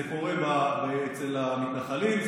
זה קורה אצל המתנחלים,